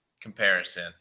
comparison